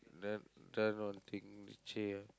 then that's one thing ah